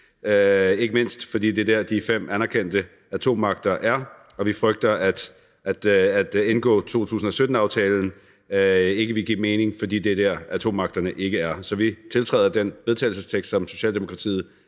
ikke mindst fordi det er der, de fem anerkendte atommagter er. Vi frygter, at det at tilslutte os 2017-aftalen ikke vil give mening, fordi det ikke er der, atommagterne er. Så vi tiltræder den vedtagelsestekst, som Socialdemokratiet